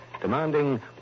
demanding